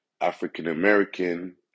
African-American